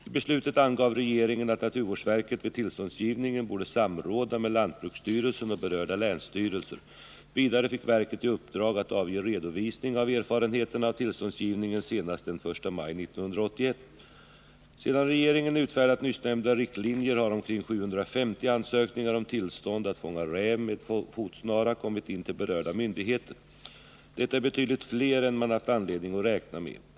I beslutet angav regeringen att naturvårdsverket vid tillståndsgivningen borde samråda med lantbruksstyrelsen och berörda länsstyrelser. Vidare fick verket i uppdrag att avge redovisning av erfarenheterna av tillståndsgivningen senast den 1 maj 1981. Sedan regeringen utfärdat nyssnämnda riktlinjer har omkring 750 ansökningar om tillstånd att fånga räv med fotsnara kommit in till berörda myndigheter. Detta är betydligt fler än man haft anledning att räkna med.